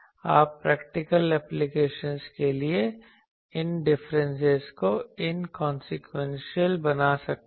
आप practical application के लिए इन डिफरेंसेस को इनकंसीक्वेंशियल बना सकते हैं